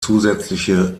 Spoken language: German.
zusätzliche